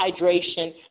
hydration